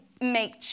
make